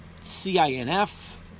CINF